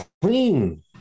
clean